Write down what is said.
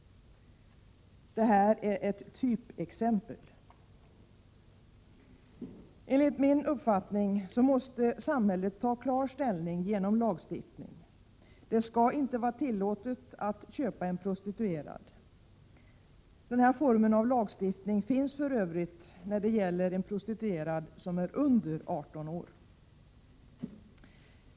Detta är ett typexempel. Enligt min uppfattning måste samhället ta klar ställning genom lagstiftning. Det skall inte vara tillåtet att köpa en prostituerad. Denna form av lagstiftning finns för övrigt då det gäller en prostituerad som är under 18 år.